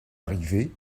arrivé